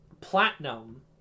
Platinum